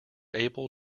able